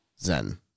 Zen